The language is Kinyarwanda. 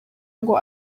ngo